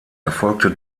erfolgte